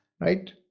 right